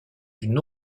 une